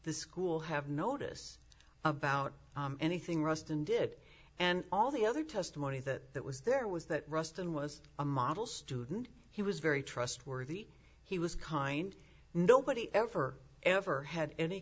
the school have notice about anything ruston did and all the other testimony that that was there was that ruston was a model student he was very trustworthy he was kind nobody ever ever had any